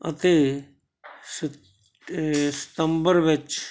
ਅਤੇ ਸਤ ਸਤੰਬਰ ਵਿੱਚ